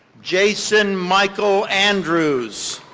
jason michael andrews.